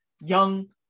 young